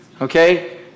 Okay